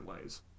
ways